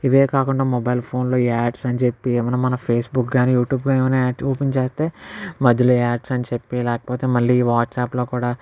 ఇవే కాకుండా మొబైల్ ఫోన్లో ఆడ్స్ అని చెప్పి ఏమైనా మన ఫేస్బుక్ కానీ యూట్యూబ్ కానీ ఏమైనా ఓపెన్ చేస్తే మధ్యలో ఆడ్స్ అని చెప్పి లేకపోతే మళ్ళీ వాట్సాప్లో కూడా